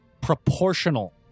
proportional